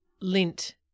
lint